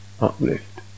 uplift